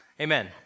Amen